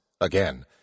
Again